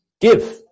Give